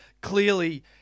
Clearly